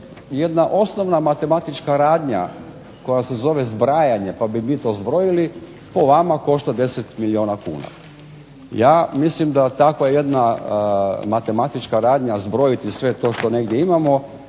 jedna osnovna matematička radnja, koja se zove zbrajanje pa bi mi to zbrojili, po vama košta 10 milijuna kuna. Ja mislim da takva jedna matematička radnja zbrojiti sve to što negdje imamo